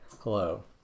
hello